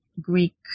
Greek